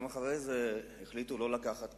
גם אחרי זה החליטו לא לקחת אחריות,